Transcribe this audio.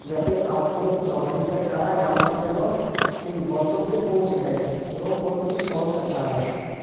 যাতে আ কোন কিছু অসুবিধা ছাড়াই আমাকে যেন সেই গন্তব্যে পৌঁছে দেয় এবং কোন কিছু সমস্যা ছাড়াই